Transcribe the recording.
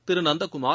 Thiru Nandakumar